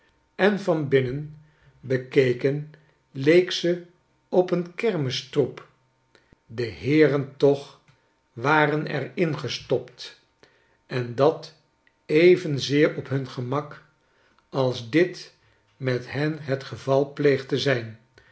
en van binnen bekeken leek ze op een kermistroep de heeren toch waren er in gestopt en dat evenzeer op hun gemak als dit met hen het geval pleegt te zijn